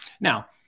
Now